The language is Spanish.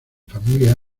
familia